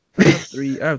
three